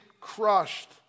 crushed